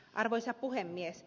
arvoisa puhemies